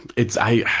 it's, i.